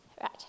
right